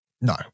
No